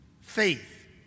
faith